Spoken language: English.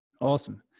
awesome